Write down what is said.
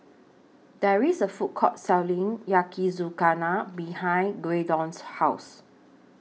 There IS A Food Court Selling Yakizakana behind Graydon's House